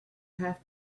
have